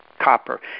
copper